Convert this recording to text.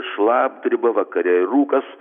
šlapdriba vakare ir rūkas